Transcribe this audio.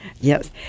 Yes